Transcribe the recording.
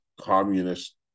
communist